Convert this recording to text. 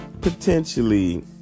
potentially